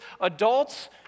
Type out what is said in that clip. Adults